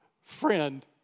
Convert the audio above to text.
friend